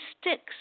sticks